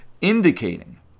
indicating